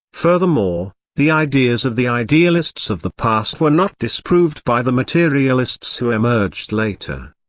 furthermore, the ideas of the idealists of the past were not disproved by the materialists who emerged later.